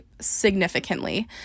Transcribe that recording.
significantly